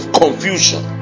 confusion